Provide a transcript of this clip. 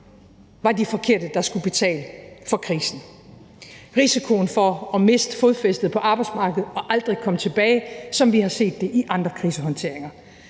var de forkerte, der skulle betale for krisen – risikoen for at miste fodfæstet på arbejdsmarkedet og aldrig komme tilbage, som vi har set det i andre krisehåndteringer.